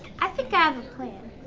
i think i have a plan.